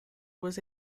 was